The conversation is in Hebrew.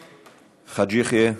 חאג' יחיא,